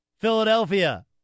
Philadelphia